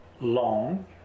long